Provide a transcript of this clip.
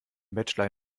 bachelor